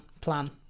plan